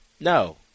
No